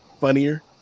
funnier